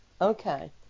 Okay